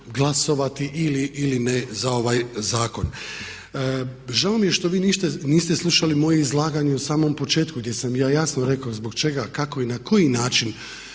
glasovati ili ne za ovaj zakon. Žao mi je što vi niste slušali moje izlaganje u samom početku gdje sam ja jasno rekao zbog čega, kako i na koji način